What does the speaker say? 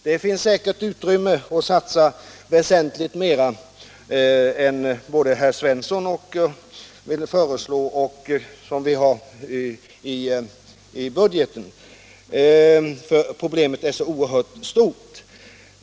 Det finns säkert utrymme för att satsa väsentligt mer än vad herr Svensson vill föreslå och vad vi har föreslagit i budgeten, för problemet är så oerhört stort.